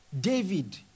David